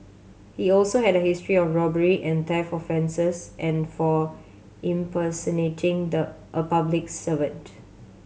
he also had a history of robbery and theft offences and for impersonating the a public servant